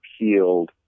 appealed